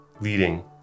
leading